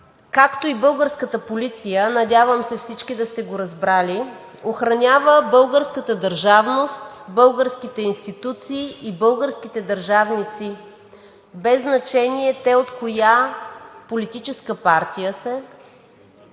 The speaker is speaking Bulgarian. както и българската полиция, надявам се всички да сте го разбрали, охранява българската държавност, българските институции и българските държавници без значение те от коя политическа партия са.